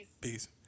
Peace